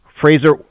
Fraser